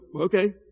okay